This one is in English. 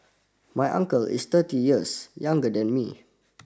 my uncle is thirty years younger than me